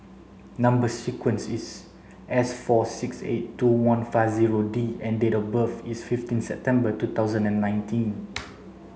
number sequence is S four six eight two one five zero D and date of birth is fifteen September two thousand and nineteen